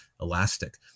elastic